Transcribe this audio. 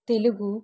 Telugu